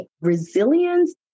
resilience